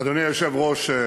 אדוני היושב-ראש,